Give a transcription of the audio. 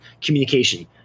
communication